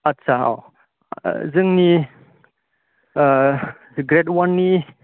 आथसा औ जोंनि ग्रेड वाननि